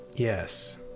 Yes